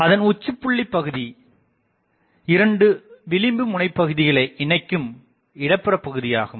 அதன் உச்சிபுள்ளி பகுதி இரண்டு விளிம்பு முனைபகுதிகளை இணைக்கும் இட புற பகுதியாகும்